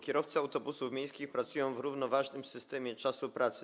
Kierowcy autobusów miejskich pracują w równoważnym systemie czasu pracy.